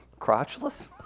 Crotchless